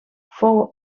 fou